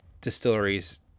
distilleries